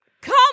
Come